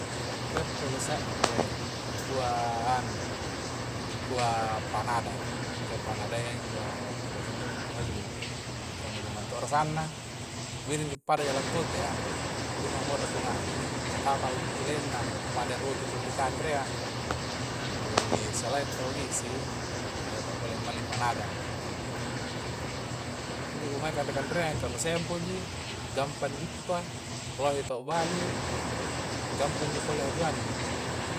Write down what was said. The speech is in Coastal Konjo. Rie pole se're dikuai panada, injo panada ya injo biasa todo ku halli kah nyamang-nyamang to rasanna, ku ngira pada intu jalang kote a, cuma ngura ku ngai'i kah taba ulukellanna pada roti i' punna ri kandre na. jadi silaing tahu isi biasa to pole malling panada injo ku ngai kanre-kanreanga kah nu sempoji, gampang di guppa, lohe taua balu, gampang ji pole hajuang na